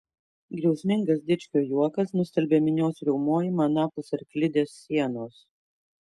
griausmingas dičkio juokas nustelbė minios riaumojimą anapus arklidės sienos